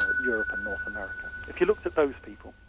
ah europe and north america. if you looked at those people,